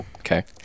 Okay